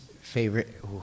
favorite